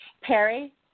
Perry